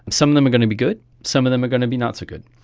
some of them are going to be good, some of them are going to be not so good.